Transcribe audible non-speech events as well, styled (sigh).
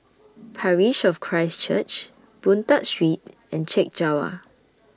(noise) Parish of Christ Church Boon Tat Street and Chek Jawa